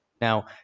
Now